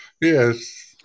yes